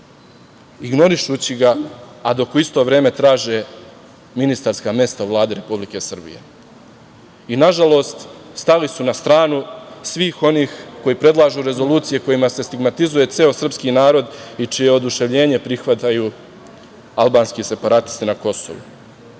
ignorišući ga, a dok u isto vreme traže ministarska mesta u Vladi Republike Srbije. Nažalost, stali su na stranu svih onih koji predlažu rezolucije kojima se stigmatizuje ceo srpski narod i čije oduševljenje prihvataju albanski separatisti na Kosovu. Ono